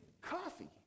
Coffee